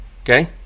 okay